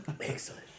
Excellent